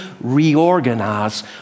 reorganize